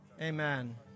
Amen